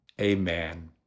amen